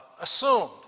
assumed